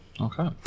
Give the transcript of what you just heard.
okay